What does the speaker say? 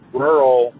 rural